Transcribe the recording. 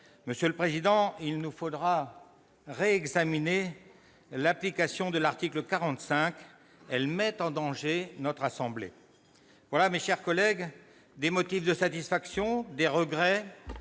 Monsieur le président, il nous faudra réexaminer l'application de l'article 45, qui met en danger notre assemblée. Voilà, mes chers collègues, des motifs de satisfaction et de regrets.